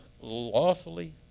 lawfully